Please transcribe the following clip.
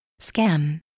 scam